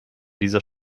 dieser